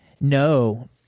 No